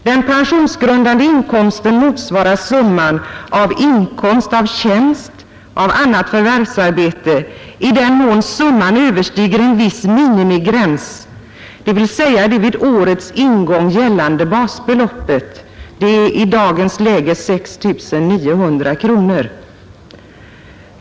Den pensionsgrundande inkomsten motsvarar summan av inkomst av tjänst och av annat förvärvsarbete i den mån summan överstiger en viss minimigräns, dvs. det vid årets ingång gällande basbeloppet, som i dagens läge är 6 900 kronor.